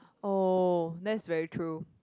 oh that's very true